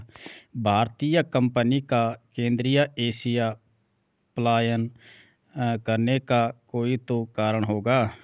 भारतीय कंपनी का केंद्रीय एशिया पलायन करने का कोई तो कारण होगा